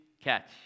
catch